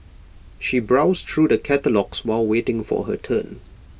she browsed through the catalogues while waiting for her turn